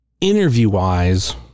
interview-wise